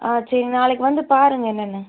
ஆ சரி நாளைக்கு வந்து பாருங்கள் என்னென்னு